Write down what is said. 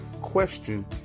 question